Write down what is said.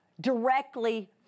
directly